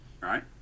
Right